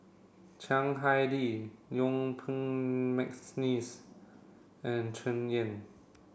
Chiang Hai Ding Yuen Peng McNeice and Tsung Yeh